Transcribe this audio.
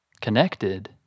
connected